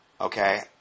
okay